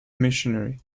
missionary